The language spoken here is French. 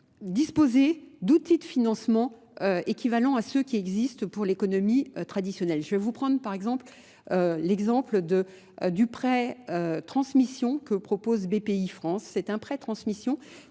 disposer d'outils de financement équivalents à ceux qui existent pour l'économie traditionnelle. Je vais vous prendre par exemple l'exemple du prêt transmission que propose BPI France. C'est un prêt transmission